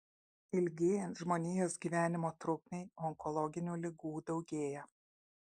ilgėjant žmonijos gyvenimo trukmei onkologinių ligų daugėja